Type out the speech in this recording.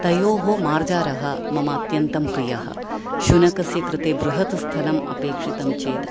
तयोः मार्जारः मम अत्यन्तं प्रियः शुनकस्य कृते बृहत् स्थलम् अपेक्षितं चेत्